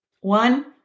One